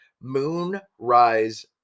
Moonrise